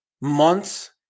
months